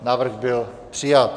Návrh byl přijat.